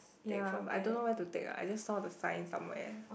ya but I don't know where to take ah I just saw the sign somewhere